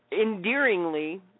endearingly